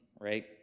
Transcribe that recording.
right